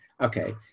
okay